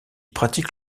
pratique